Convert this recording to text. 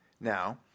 now